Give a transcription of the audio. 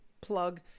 plug